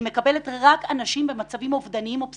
היא מקבלת רק אנשים במצבים אובדניים או פסיכוטיים.